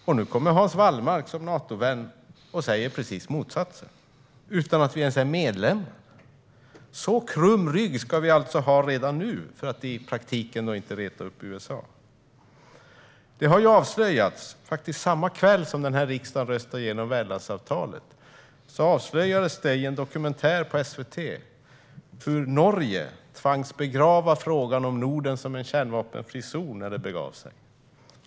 Men nu kommer Hans Wallmark som Natovän och säger precis det motsatta, utan att vi ens är medlem. Så krum rygg ska vi alltså ha redan nu för att i praktiken inte reta upp USA. Samma kväll som denna riksdag röstade igenom värdlandsavtalet avslöjades det i en dokumentär i SVT hur Norge tvingades att begrava frågan om Norden som en kärnvapenfri zon när det begav sig.